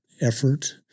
effort